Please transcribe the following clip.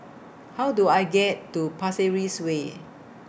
How Do I get to Pasir Ris Way